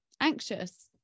anxious